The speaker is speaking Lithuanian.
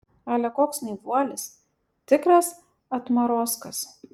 ale koks naivuolis tikras atmarozkas